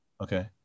Okay